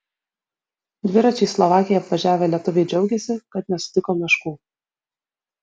dviračiais slovakiją apvažiavę lietuviai džiaugiasi kad nesutiko meškų